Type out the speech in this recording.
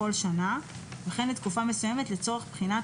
לכל שנה וכן לתקופה מסוימת לצורך בחינת